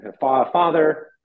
Father